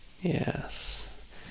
Yes